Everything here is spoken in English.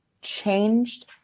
changed